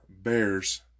bears